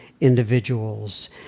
individuals